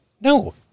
No